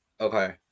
Okay